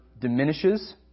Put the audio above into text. diminishes